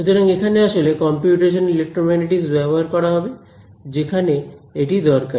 সুতরাং এখানে আসলে কম্পিউটেশনাল ইলেক্ট্রোম্যাগনেটিকস ব্যবহার করা হবে যেখানে এটি দরকারি